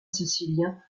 sicilien